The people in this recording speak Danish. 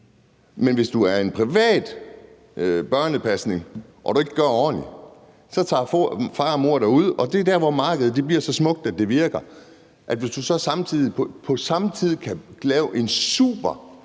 Men hvis du er en privat børnepasning og ikke gør det ordentligt, tager mor og far dig ud, og det er der, hvor markedet bliver så smukt, at det virker. Hvis du så på samme tid kan lave en super